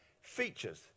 features